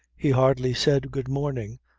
he hardly said good morning,